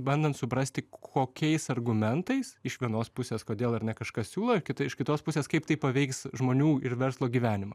bandant suprasti kokiais argumentais iš vienos pusės kodėl ar ne kažkas siūlo iš kitos pusės kaip tai paveiks žmonių ir verslo gyvenimą